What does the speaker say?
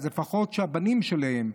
לפחות שהבנים שלהן,